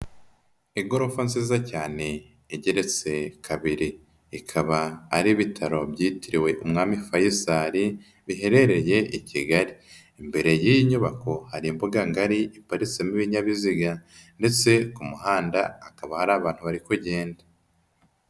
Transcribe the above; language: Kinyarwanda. Igorofa nziza cyane igeretse kabiri, ikaba ari ibitaro byitiriwe umwami Faisal biherereye i Kigali, imbere y'iyi nyubako hari imbuga ngari iparitsemo ibinyabiziga ndetse ku muhanda hakaba hari abantu bari kugenda.